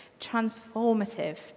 transformative